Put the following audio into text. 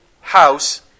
house